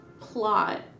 plot